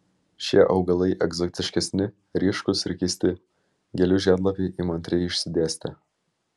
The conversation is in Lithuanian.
šie augalai egzotiškesni ryškūs ir keisti gėlių žiedlapiai įmantriai išsidėstę